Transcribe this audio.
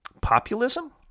populism